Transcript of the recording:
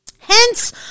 Hence